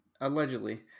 Allegedly